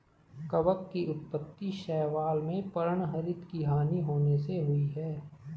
कवक की उत्पत्ति शैवाल में पर्णहरित की हानि होने से हुई है